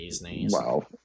Wow